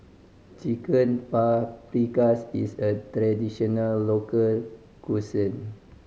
Chicken Paprikas is a traditional local cuisine